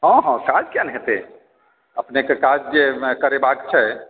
हँ हँ काज किआ नहि हेतै अपनेकेँ काज जे करयबाक छै